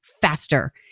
faster